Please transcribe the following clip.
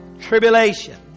Tribulation